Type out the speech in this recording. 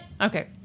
okay